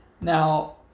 now